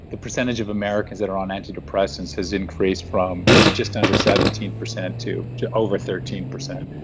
the percentage of americans that are on antidepressants has increased from you know just under seventeen percent to to over thirteen percent.